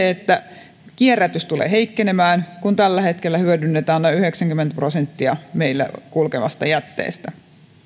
että kierrätys tulee heikkenemään kun tällä hetkellä hyödynnetään noin yhdeksänkymmentä prosenttia meillä kulkevasta jätteestä